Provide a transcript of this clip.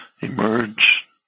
emerge